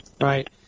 Right